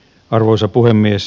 arvoisa puhemies